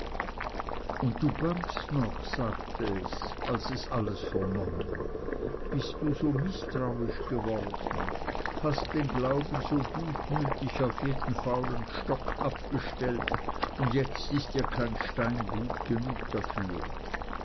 und du bangst noch sagte es als es alles vernommen bist du so mißtrauisch geworden hast den glauben so gutmütig auf jeden faulen stock abgestellt und jetzt ist dir kein stein gut genug dafür